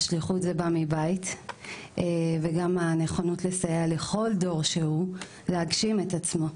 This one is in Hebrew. השליחות באה מהבית וגם הנכונות לסייע לכל דור שהוא להגשים את עצמו,